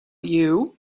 you